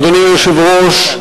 אדוני היושב-ראש,